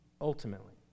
ultimately